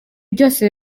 byose